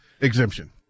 exemption